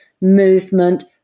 movement